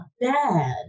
bad